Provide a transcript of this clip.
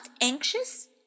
anxious